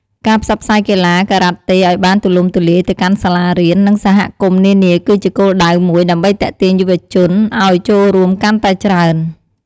ការផ្សព្វផ្សាយកីឡាការ៉ាតេឲ្យបានទូលំទូលាយទៅកាន់សាលារៀន និងសហគមន៍នានាគឺជាគោលដៅមួយដើម្បីទាក់ទាញយុវជនឲ្យចូលរួមកាន់តែច្រើន។